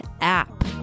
app